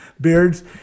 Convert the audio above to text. beards